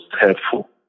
helpful